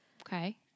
Okay